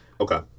Okay